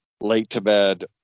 late-to-bed